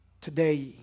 Today